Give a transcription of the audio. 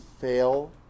fail